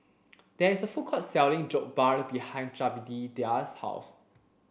there is a food court selling Jokbal behind Jedediah's house